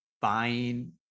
buying